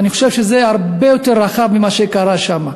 אני חושב שזה הרבה יותר רחב ממה שקרה שם.